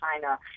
China